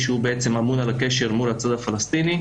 שהוא בעצם אמון על הקשר מול הצד הפלסטיני,